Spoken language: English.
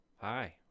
Hi